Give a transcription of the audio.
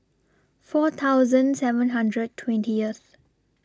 four thousand seven hundred twentieth